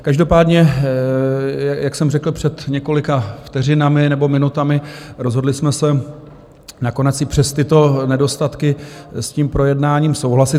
Každopádně, jak jsem řekl před několika vteřinami nebo minutami, rozhodli jsme se nakonec i přes tyto nedostatky s tím projednáním souhlasit.